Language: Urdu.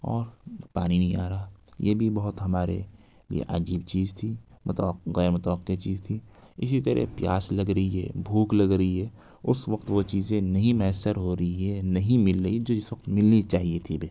اور پانی نہیں آ رہا یہ بھی بہت ہمارے لیے عجیب چیز تھی بتاؤ غیرمتوقع چیز تھی اسی طرح پیاس لگ رہی ہے بھوک لگ رہی ہے اس وقت وہ چیزیں نہیں میسر ہو رہی ہے نہیں مل رہی ہے جو اس وقت ملنی چاہیے تھی